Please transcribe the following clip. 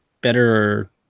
Better